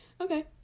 Okay